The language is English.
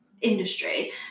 industry